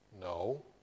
No